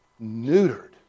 neutered